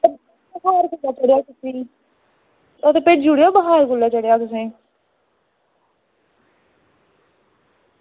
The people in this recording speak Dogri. बुखार कोलै चढ़ेआ तुसें ई ओह् ते भेजी ओड़ेओ बुखार कोलै चढ़ेआ तुसेंगी